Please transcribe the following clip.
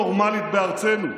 דבקות לא נורמלית בארצנו.